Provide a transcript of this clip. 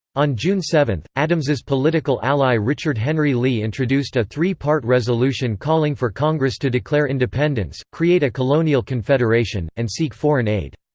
on june seven, adams's political ally richard henry lee introduced a three-part resolution calling for congress to declare independence, create a colonial confederation, and seek foreign aid.